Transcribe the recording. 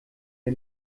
der